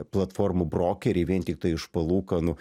platformų brokeriai vien tiktai iš palūkanų